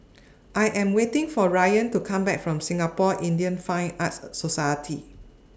I Am waiting For Rayan to Come Back from Singapore Indian Fine Arts Society